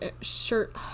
shirt